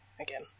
again